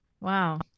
Wow